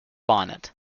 bonnet